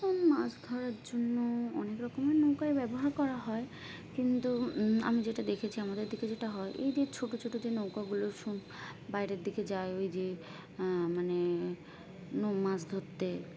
মাছ ধরার জন্য অনেক রকমের নৌকাই ব্যবহার করা হয় কিন্তু আমি যেটা দেখেছি আমাদের দিকে যেটা হয় এই যে ছোট ছোট যে নৌকাগুলো বাইরের দিকে যায় ওই যে মানে মাছ ধরতে